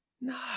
no